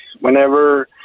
whenever